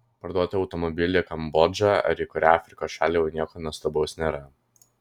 parduoti automobilį į kambodžą ar į kurią afrikos šalį jau nieko nuostabaus nėra